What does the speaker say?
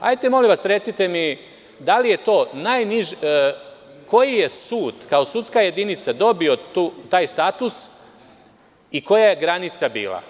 Hajte molim vas, recite mi koji je sud kao sudska jedinica dobio taj status i koja je granica bila?